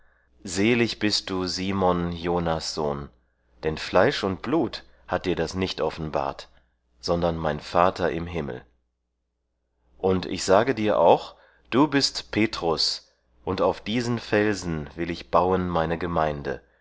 selig bist du simon jona's sohn denn fleisch und blut hat dir das nicht offenbart sondern mein vater im himmel und ich sage dir auch du bist petrus und auf diesen felsen will ich bauen meine gemeinde